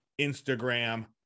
instagram